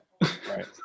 Right